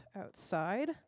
outside